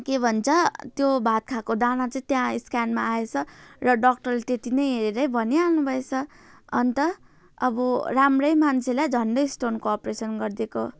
के भन्छ त्यो भात खाएको दाना चाहिँ त्यहाँ स्क्यानमा आएछ र डक्टरले त्यति नै हेरेर भनिहाल्नु भएछ अन्त अब राम्रै मान्छेलाई झन्डै स्टोनको ओपरेसन गरिदिएको